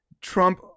trump